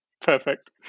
Perfect